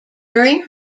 during